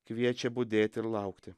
kviečia budėti ir laukti